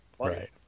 right